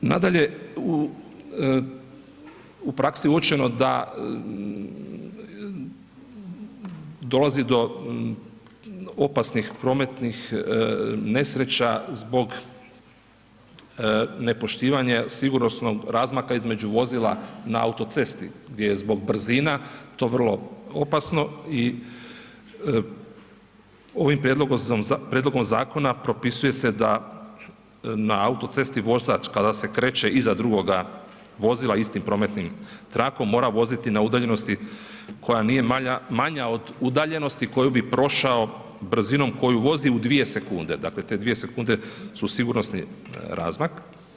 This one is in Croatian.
Nadalje, u praksi je uočeno da dolazi do opasnih prometnih nesreća zbog nepoštivanja sigurnosnog razmaka između vozila na autocesti gdje je zbog brzina to vrlo opasno i ovim prijedlogom zakona propisuje se da na autocesti vozač kada se kreće iza drugog vozila istim prometnim trakom mora voziti na udaljenosti koja nije manja od udaljenosti koju bi prošao brzinom koju vozi u 2 sekunde, dakle te 2 sekunde su sigurnosni razmak.